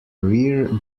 rear